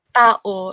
tao